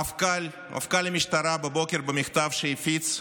מפכ"ל המשטרה, הבוקר, במכתב שהפיץ,